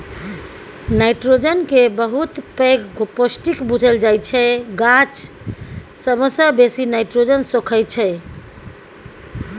nitrogen केँ बहुत पैघ पौष्टिक बुझल जाइ छै गाछ सबसँ बेसी नाइट्रोजन सोखय छै